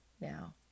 Now